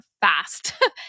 fast